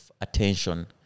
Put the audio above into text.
attention